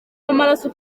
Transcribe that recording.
w’amaraso